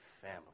family